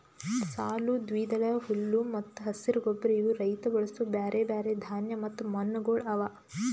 ಸಾಲು, ದ್ವಿದಳ, ಹುಲ್ಲು ಮತ್ತ ಹಸಿರು ಗೊಬ್ಬರ ಇವು ರೈತ ಬಳಸೂ ಬ್ಯಾರೆ ಬ್ಯಾರೆ ಧಾನ್ಯ ಮತ್ತ ಮಣ್ಣಗೊಳ್ ಅವಾ